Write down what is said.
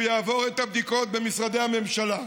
הוא יעבור את הבדיקות במשרדי הממשלה.